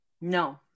No